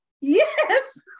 Yes